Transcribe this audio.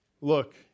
look